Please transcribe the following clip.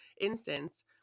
instance